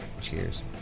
Cheers